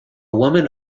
woman